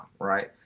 right